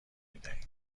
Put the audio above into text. میدهیم